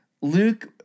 Luke